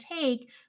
take